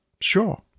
sure